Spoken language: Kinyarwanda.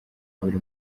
buri